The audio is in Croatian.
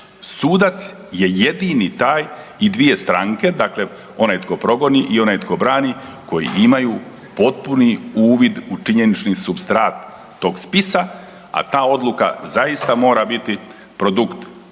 sudac je jedini taj i dvije stranke, dakle onaj tko progoni i onaj tko brani koji imaju potpuni uvid u činjenični supstrat tog spisa, a ta odluka zaista mora biti produkt